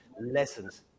lessons